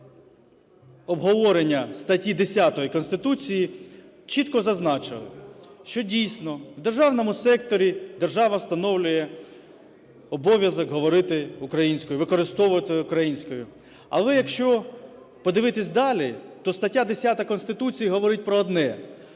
на обговорення статті 10 Конституції, чітко зазначив, що, дійсно, в державному секторі держава встановлює обов'язок говорити українською, використовувати українську. Але якщо подивитися далі, то стаття 10 Конституції говорить про одне,